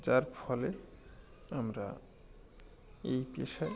যার ফলে আমরা এই পেশায়